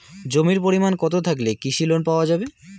জমির পরিমাণ কতো থাকলে কৃষি লোন পাওয়া যাবে?